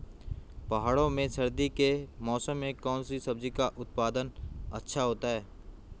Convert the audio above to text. पहाड़ों में सर्दी के मौसम में कौन सी सब्जी का उत्पादन अच्छा होता है?